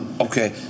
Okay